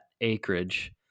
acreage